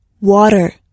Water